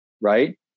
right